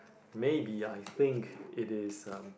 maybe I think it is um